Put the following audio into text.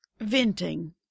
venting